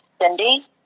cindy